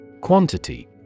Quantity